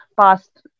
past